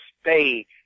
stay